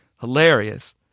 hilarious